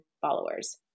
followers